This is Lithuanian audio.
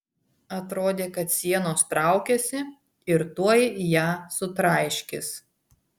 atrodė kad sienos traukiasi ir tuoj ją sutraiškys